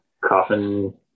coffin